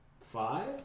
Five